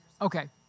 Okay